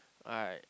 I